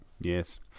Yes